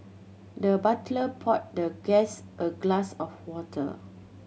the butler poured the guest a glass of water